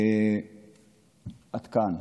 את כאן.